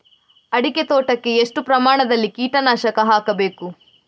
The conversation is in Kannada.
ಅಡಿಕೆ ತೋಟಕ್ಕೆ ಎಷ್ಟು ಪ್ರಮಾಣದಲ್ಲಿ ಕೀಟನಾಶಕ ಹಾಕಬೇಕು?